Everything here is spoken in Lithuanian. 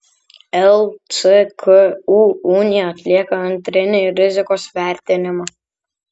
lcku unija atlieka antrinį rizikos vertinimą